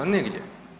Nigdje.